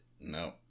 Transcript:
No